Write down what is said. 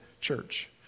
church